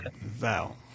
Val